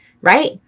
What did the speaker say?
right